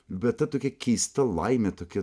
bet ta tokia keista laimė tokia